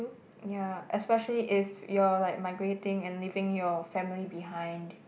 ya especially if you are like migrating and leaving your family behind